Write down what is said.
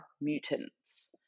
mutants